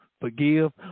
forgive